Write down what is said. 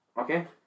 Okay